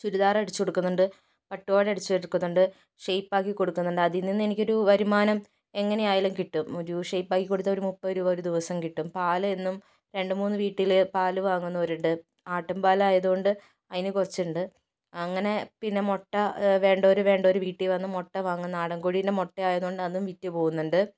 ചുരിദാർ അടിച്ചുകൊടുക്കുന്നുണ്ട് പട്ടുപാവാട അടിച്ചുകൊടുക്കുന്നുണ്ട് ഷെയ്പ്പാക്കി കൊടുക്കുന്നുണ്ട് അതിൽനിന്ന് എനിക്കൊരു വരുമാനം എങ്ങനെയായാലും കിട്ടും ഒരു ഷെയ്പ്പാക്കി കൊടുത്താൽ ഒരു മുപ്പതുരൂപ ഒരുദിസം കിട്ടും പാൽ എന്നും രണ്ടുമൂന്നു വീട്ടിൽ പാൽ വാങ്ങുന്നവരുണ്ട് ആട്ടുംപാൽ ആയതു കൊണ്ട് അതിന് കുറച്ചുണ്ട് അങ്ങനെ പിന്നെ മുട്ട വേണ്ടവർ വേണ്ടവർ വീട്ടിൽ വന്ന് മുട്ട വാങ്ങും നാടൻകോഴീൻ്റെ മുട്ടയായതു കൊണ്ട് അതും വിറ്റു പോകുന്നുണ്ട്